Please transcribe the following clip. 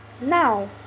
Now